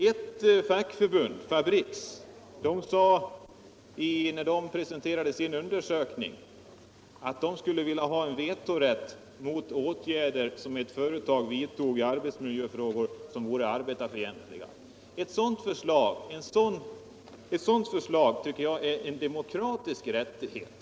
Ett fackförbund — Fabriks — sade när man presenterade sin undersökning att man skulle vilja ha vetorätt mot arbetarfientliga åtgärder som ett företag vidtog i arbetsmiljöfrågor. Ett sådant förslag tycker jag innebär en demokratisk rättighet.